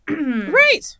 Right